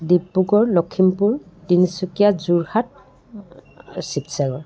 Dibrugarh Lakhimpur Tinsukia Jorhat Sivasagar